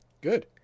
Good